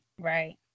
Right